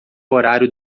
horário